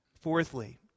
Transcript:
Fourthly